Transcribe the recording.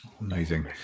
Amazing